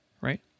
right